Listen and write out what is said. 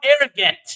arrogant